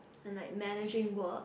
and like managing work